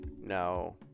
no